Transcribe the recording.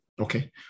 okay